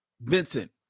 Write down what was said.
vincent